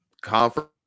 conference